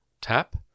tap